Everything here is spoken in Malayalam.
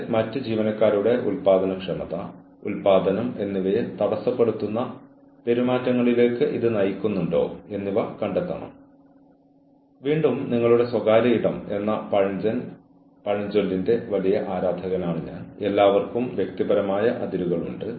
തുടർന്ന് ജീവനക്കാരൻ തന്റെ പെരുമാറ്റം മാറ്റുകയോ തിരുത്തുകയോ ചെയ്യുന്നില്ലെങ്കിൽ നിങ്ങളുടെ സ്വന്തം നോട്ട്ബുക്കിൽ രേഖപ്പെടുത്തുന്ന വാക്കാലുള്ള മുന്നറിയിപ്പിലേക്ക് നീങ്ങുക എന്നാൽ എവിടെയും രേഖപ്പെടുത്തരുത്